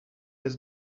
his